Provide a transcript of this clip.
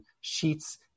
Sheets